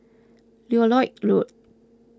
Lloyd Road